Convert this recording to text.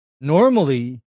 normally